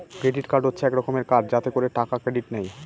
credit card হচ্ছে এক রকমের কার্ড যাতে করে টাকা ক্রেডিট নেয়